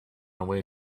away